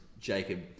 Jacob